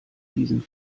diesen